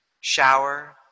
shower